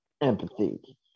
Empathy